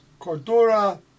Cordura